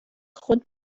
خود